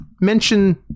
mention